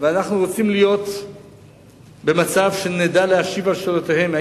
ואנו רוצים להיות במצב שנדע להשיב על שאלותיהם אם